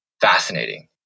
fascinating